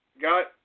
got